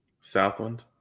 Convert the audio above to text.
Southland